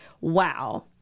wow